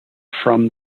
from